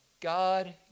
God